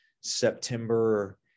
september